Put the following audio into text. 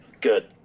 good